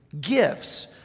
gifts